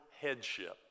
headship